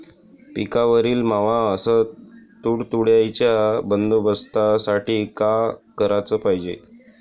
पिकावरील मावा अस तुडतुड्याइच्या बंदोबस्तासाठी का कराच पायजे?